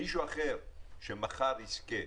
מישהו אחר שמחר יזכה